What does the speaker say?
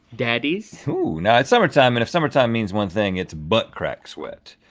daddies. ooh now it's summertime and if summertime means one thing, it's butt crack sweat,